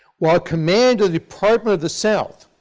while commanding department of the south,